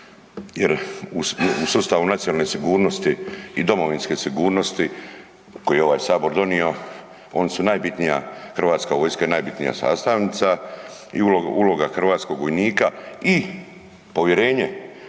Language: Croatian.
jer u sustavu nacionalne sigurnosti i domovinske sigurnosti koje je ovaj Sabor donio oni su najbitnija Hrvatska vojska je najbitnija sastavnica i uloga hrvatskoj vojnika i povjerenje